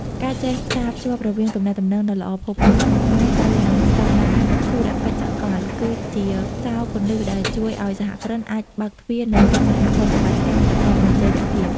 ការចេះផ្សារភ្ជាប់រវាងទំនៀមទម្លាប់ដ៏ល្អផូរផង់របស់ខ្មែរ ទៅនឹងស្ដង់ដារធុរកិច្ចសកល គឺជាសោរគន្លឹះដែលជួយឱ្យសហគ្រិនអាចបើកទ្វារនៃកិច្ចសហប្រតិបត្តិការប្រកបដោយចីរភាព។